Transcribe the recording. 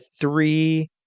three